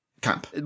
camp